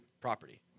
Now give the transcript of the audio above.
property